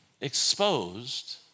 exposed